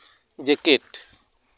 ᱡᱮᱠᱮᱹᱴ